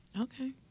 okay